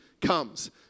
comes